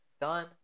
done